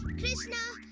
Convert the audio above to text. krishna,